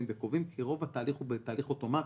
וקובעים כי רוב התהליך הוא בתהליך אוטומטי.